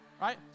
right